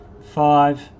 five